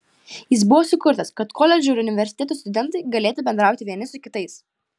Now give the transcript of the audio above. jis buvo sukurtas kad koledžų ir universitetų studentai galėtų bendrauti vieni su kitais